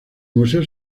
museo